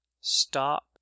Stop